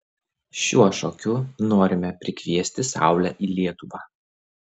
šiuo šokiu norime prikviesti saulę į lietuvą